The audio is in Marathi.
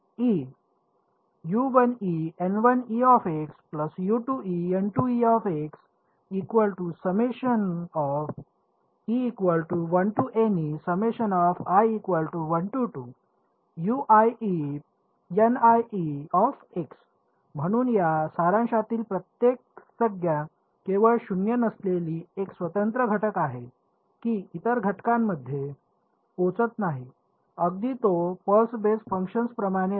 म्हणून या सारांशातील प्रत्येक संज्ञा केवळ शून्य नसलेली एक स्वतंत्र घटक आहे जी इतर घटकांमधे पोचत नाही अगदी ती पल्स बेस फंक्शनप्रमाणे आहे